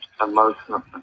emotional